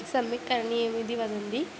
सम्यक् करणीयम् इति वदन्ति